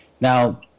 Now